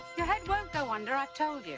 your head won't go under, i've